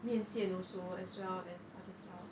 面线 also as well as other stuff